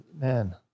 man